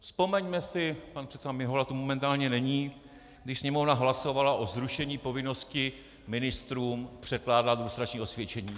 Vzpomeňme si pan předseda Mihola tu momentálně není když Sněmovna hlasovala o zrušení povinnosti ministrům předkládat lustrační osvědčení.